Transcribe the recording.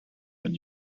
and